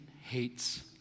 hates